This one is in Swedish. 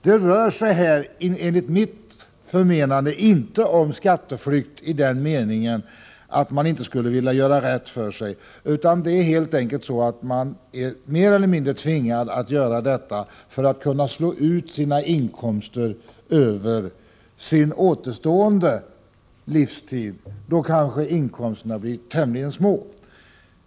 Det rör sig här enligt mitt förmenande inte om skatteflykt i den meningen att man inte skulle vilja göra rätt för sig, utan man är helt enkelt mer eller mindre tvingad att bosätta sig utomlands för att kunna slå ut sina inkomster över sin återstående livstid, då inkomsterna kanske blir tämligen små.